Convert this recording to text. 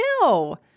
No